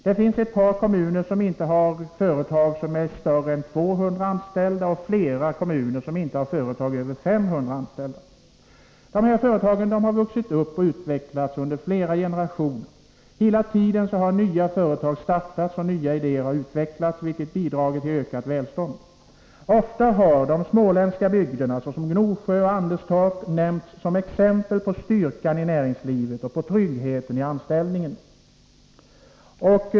Där finns ett par kommuner som inte har något företag med över 200 anställda och flera kommuner som inte har något företag med över 500 anställda. Dessa företag har vuxit upp och utvecklats under flera generationer. Hela tiden har nya företag startats och nya idéer utvecklats, vilket bidragit till ökat välstånd. Ofta har de småländska bygderna, såsom Gnosjö och Anderstorp, nämnts som exempel på styrkan i näringslivet och tryggheten i anställningen.